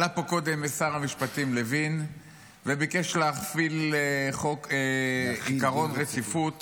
עלה לפה קודם שר המשפטים לוין וביקש להחיל עקרון רציפות